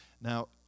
Now